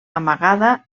amagada